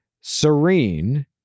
serene